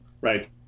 Right